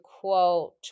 quote